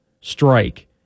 strike